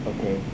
Okay